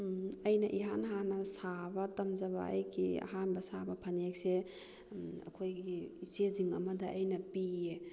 ꯑꯩꯅ ꯏꯍꯥꯟ ꯍꯥꯟꯅ ꯁꯥꯕ ꯇꯝꯖꯕ ꯑꯩꯒꯤ ꯑꯍꯥꯟꯕ ꯁꯥꯕ ꯐꯅꯦꯛꯁꯦ ꯑꯩꯈꯣꯏꯒꯤ ꯏꯆꯦꯁꯤꯡ ꯑꯃꯗ ꯑꯩꯅ ꯄꯤꯌꯦ